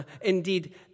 Indeed